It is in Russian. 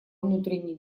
внутренние